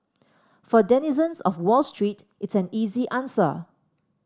for denizens of Wall Street it's an easy answer